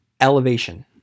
elevation